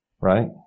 Right